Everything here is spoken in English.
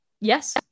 Yes